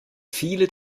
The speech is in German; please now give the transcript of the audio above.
viele